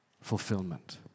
fulfillment